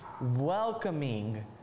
welcoming